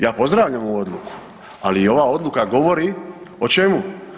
Ja pozdravljam ovu odluku ali ova odluka govori o čemu?